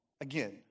again